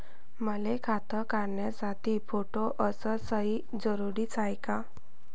मले खातं काढासाठी फोटो अस सयी जरुरीची हाय का?